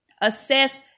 Assess